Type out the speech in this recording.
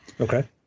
Okay